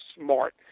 smart